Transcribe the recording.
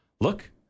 look